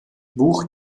buch